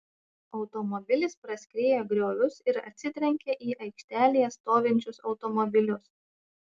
automobilis praskriejo griovius ir atsitrenkė į aikštelėje stovinčius automobilius